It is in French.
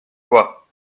quoi